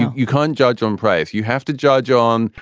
you can't judge on price. you have to judge on,